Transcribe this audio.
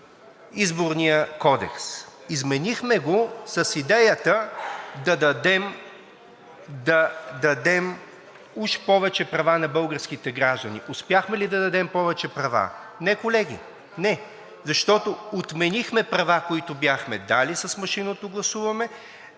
Изборния кодекс – изменихме го с идеята да дадем уж повече права на българските граждани. Успяхме ли да дадем повече права? Не, колеги, не, защото отменихме правата, които бяхме дали с машинното гласуване,